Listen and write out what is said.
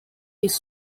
his